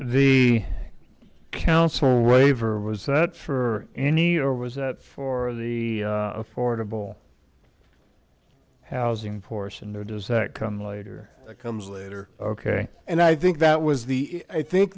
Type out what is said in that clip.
the council waiver was set for any or was that for the affordable housing porson or does that come later comes later ok and i think that was the i think